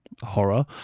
horror